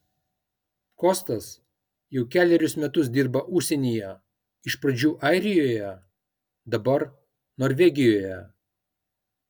kostas jau kelerius metus dirba užsienyje iš pradžių airijoje dabar norvegijoje